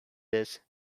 this